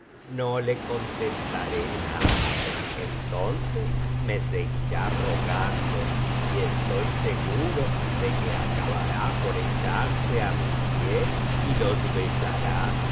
no le contestaré nada entonces me seguirá rogando y estoy seguro de que acabará por echarse á mis pies y los besará